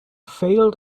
failed